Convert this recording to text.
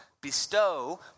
bestow